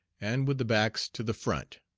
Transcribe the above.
and with the backs to the front.